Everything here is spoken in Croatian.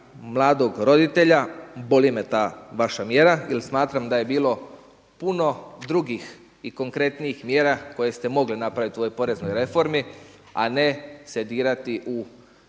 mladog roditelja boli me ta vaša mjera jer smatram da je bilo puno drugih i konkretnijih mjera koje ste mogli napraviti u ovoj poreznoj reformi, a ne se dirati u